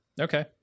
Okay